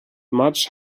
much